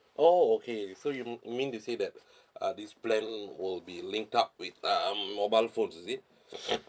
oh okay so you mean to say that uh this plan will be linked up with um mobile phone is it